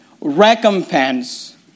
Recompense